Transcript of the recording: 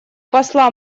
посла